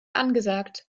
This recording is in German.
angesagt